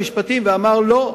המשפטים ואמר: לא.